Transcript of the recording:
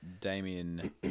Damien